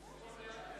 הצביע?